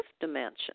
dimension